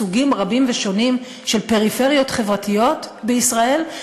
סוגים רבים ושונים של פריפריות חברתיות בישראל,